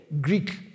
Greek